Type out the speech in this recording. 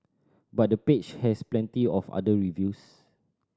but the page has plenty of other reviews